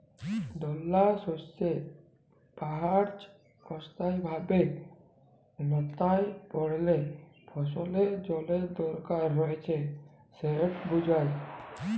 দালাশস্যের গাহাচ অস্থায়ীভাবে ল্যাঁতাই পড়লে ফসলের জলের দরকার রঁয়েছে সেট বুঝায়